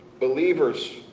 believers